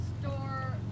store